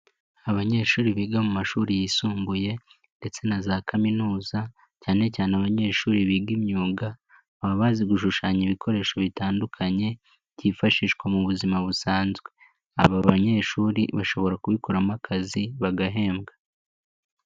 Abanyeshuri biga mu mashuri yisumbuye ndetse na za kaminuza cyane cyane abanyeshuri biga imyuga, baba bazi gushushanya ibikoresho bitandukanye byifashishwa mu buzima busanzwe. Aba banyeshuri bashobora kubikoramo akazi bagahembwa.